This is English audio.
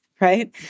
right